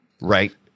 Right